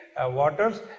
waters